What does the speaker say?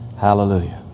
Hallelujah